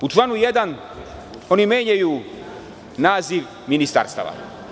U članu 1. oni menjaju naziv ministarstava.